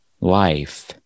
life